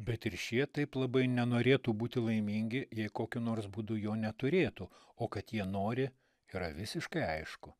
bet ir šie taip labai nenorėtų būti laimingi jei kokiu nors būdu jo neturėtų o kad jie nori yra visiškai aišku